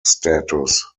status